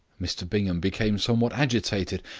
mr bingham became somewhat agitated,